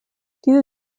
diese